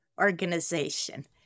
organization